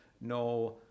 no